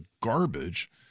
garbage